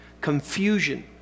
confusion